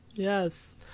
Yes